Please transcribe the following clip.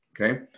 Okay